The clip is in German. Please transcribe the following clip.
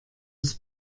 des